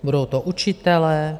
Budou to učitelé?